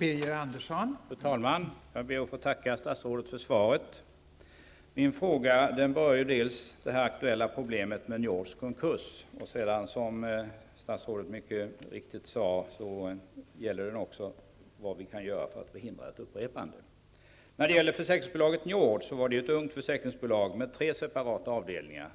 Fru talman! Jag ber att få tacka statsrådet för svaret. Min fråga berör det aktuella problemet med Njords konkurs. Den gäller också, som statsrådet mycket riktigt sade, vad vi kan göra för att förhindra ett upprepande.